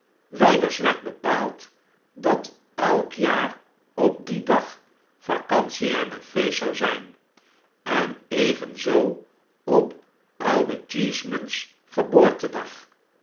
wijders werd bepaald dat elk jaar op dien dag vacantie en feestzou zijn en evenzoo op ouden cheeseman's geboortedag